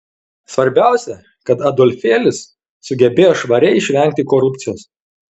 svarbiausia kad adolfėlis sugebėjo švariai išvengti korupcijos